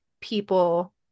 people